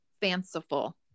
fanciful